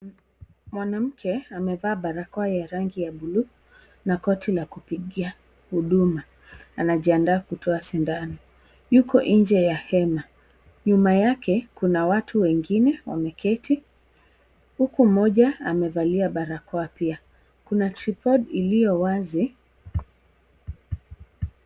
Mwanamke amevaa barakoa ya rangi ya bluu na koti la kupigia huduma anajiandaa kutoa sindano , ako nje ya hema nyuma yake kuna wengine wameketi huku mmoja amevalia barakoa pia , kuna tripod iliyo wazi.